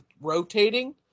rotating